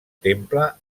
temple